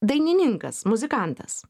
dainininkas muzikantas